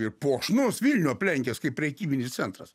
ir puošnus vilnių aplenkęs kaip prekybinis centras